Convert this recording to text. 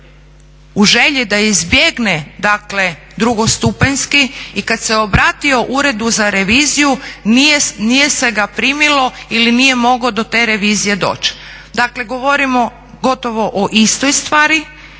u želji da izbjegne, dakle drugostupanjski i kad se obratio Uredu za reviziju nije se ga primilo ili nije mogao do te revizije doći. Dakle, govorimo gotovo o istoj stvari.